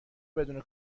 بدون